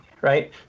right